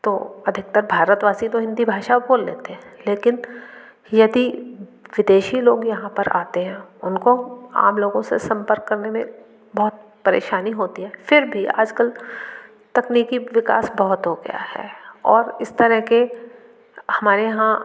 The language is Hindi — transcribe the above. तो अधिकतर भारतवासी तो हिन्दी भाषा बोल लेते हैं लेकिन यदि विदेशी लोग यहाँ पर आते हैं उनको आम लोगों से सम्पर्क करने में बहुत परेशानी होती है फिर भी आज कल तकनीकी विकास बहुत हो गया है और इस तरह के हमारे यहाँ